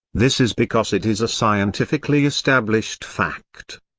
this is because it is a scientifically established fact.